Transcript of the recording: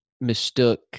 mistook